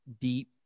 deep